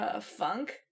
funk